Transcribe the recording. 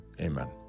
amen